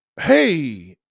Hey